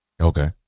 Okay